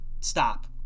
stop